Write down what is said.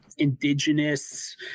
indigenous